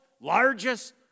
largest